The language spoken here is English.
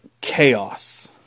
chaos